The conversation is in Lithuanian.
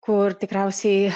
kur tikriausiai